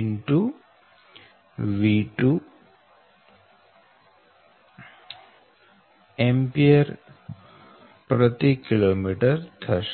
IcjC12V12 Akm થશે